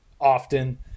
often